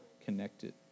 connected